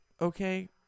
okay